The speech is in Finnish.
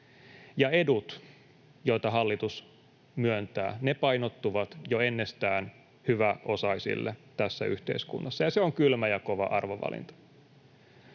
edut, joita hallitus myöntää, painottuvat jo ennestään hyväosaisille tässä yhteiskunnassa, ja se on kylmä ja kova arvovalinta.